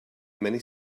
many